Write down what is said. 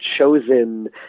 chosen